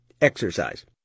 Exercise